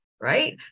right